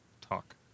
talk